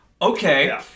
Okay